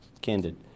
candid